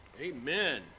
Amen